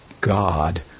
God